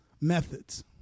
methods